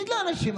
תגיד לאנשים,